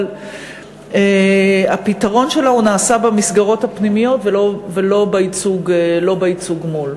אבל הפתרון שלה נעשה במסגרות הפנימיות ולא בייצוג מול,